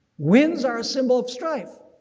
winds are a symbol of strife.